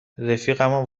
رفیقمو